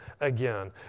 again